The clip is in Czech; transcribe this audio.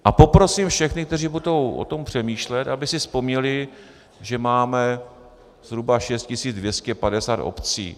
A poprosím všechny, kteří budou o tom přemýšlet, aby si vzpomněli, že máme zhruba 6 250 obcí.